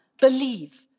believe